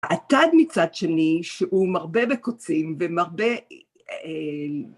אטד מצד שני, שהוא מרבה בקוצים, ומרבה...